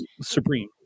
Supreme